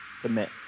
commit